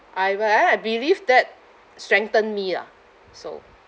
I but then I believe that strengthen me lah so